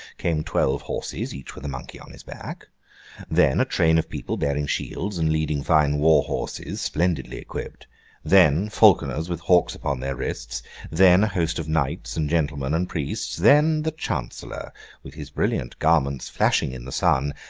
came twelve horses, each with a monkey on his back then, a train of people bearing shields and leading fine war-horses splendidly equipped then, falconers with hawks upon their wrists then, a host of knights, and gentlemen and priests then, the chancellor with his brilliant garments flashing in the sun,